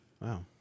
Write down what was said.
Wow